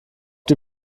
die